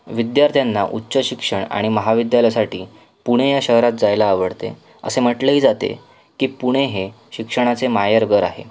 विद्यार्थ्यांना उच्च शिक्षण आणि महाविद्यालयासाठी पुणे या शहरात जायला आवडते असे म्हटलेही जाते की पुणे हे शिक्षणाचे माहेरघर आहे